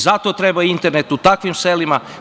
Zato treba internet u takvim selima.